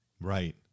Right